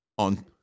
On